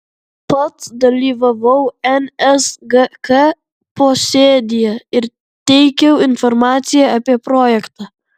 pats dalyvavau nsgk posėdyje ir teikiau informaciją apie projektą